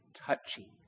touching